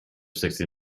sixty